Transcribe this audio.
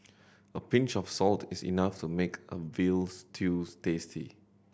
a pinch of salt is enough to make a veal stews tasty